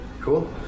Cool